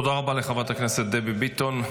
תודה רבה לחברת הכנסת דבי ביטון.